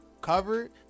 covered